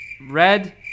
Red